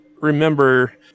remember